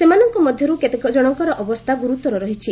ସେମାନଙ୍କ ମଧ୍ୟରୁ କେତେଜଣଙ୍କର ଅବସ୍ଥା ଗୁରୁତର ରହିଛି